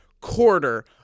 quarter